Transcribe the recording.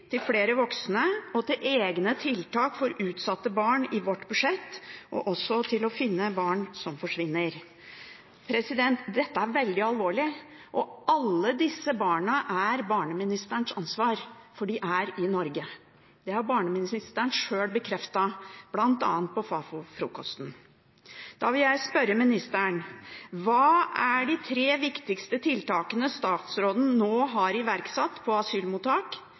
til flere voksne og til egne tiltak for utsatte barn, og også til å finne barn som forsvinner. Dette er veldig alvorlig, og alle disse barna er barneministerens ansvar, for de er i Norge. Det har barneministeren selv bekreftet, bl.a. på denne Fafo-frokosten. Da vil jeg spørre ministeren: Hva er de tre viktigste tiltakene statsråden nå har iverksatt på